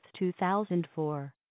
2004